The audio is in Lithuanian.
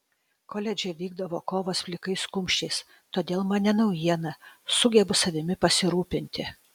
koledže vykdavo kovos plikais kumščiais todėl man ne naujiena sugebu savimi pasirūpinti